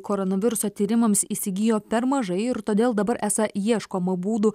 koronaviruso tyrimams įsigijo per mažai ir todėl dabar esą ieškoma būdų